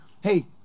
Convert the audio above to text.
hey